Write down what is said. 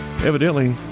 evidently